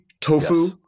tofu